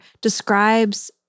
describes